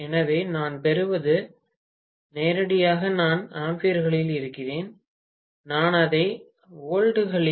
எனவே நான் பெறுவது இல்லை நேரடியாக நான் ஆம்பியர்களில் இருக்கிறேன் நான் அதை வோல்ட்டுகளில் ரூ